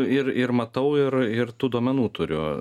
ir ir matau ir ir tų duomenų turiu